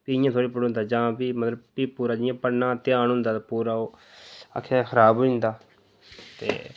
फ्ही इ'यां थोड़ी पढ़ोंदा जां फ्ही मतलब पूरा जि'यां पढ़ना ध्यान होंदा पूरा ओह् आक्खै दा खराब होई जंदा ते